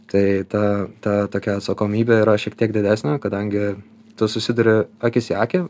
tai ta ta tokia atsakomybė yra šiek tiek didesnė kadangi tu susiduri akis į akį